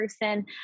person